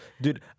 dude